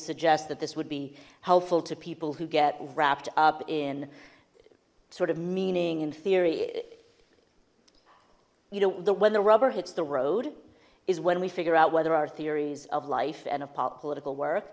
suggest that this would be helpful to people who get wrapped up in sort of meaning in theory you know when the rubber hits the road is when we figure out whether our theories of life and of political wor